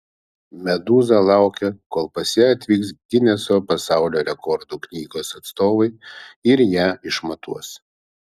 medūza laukia kol pas ją atvyks gineso pasaulio rekordų knygos atstovai ir ją išmatuos